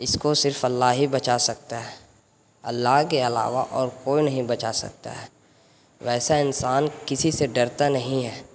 اس کو صرف اللہ ہی بچا سکتا ہے اللہ کے علاوہ اور کوئی نہیں بچا سکتا ہے ویسا انسان کسی سے ڈرتا نہیں ہے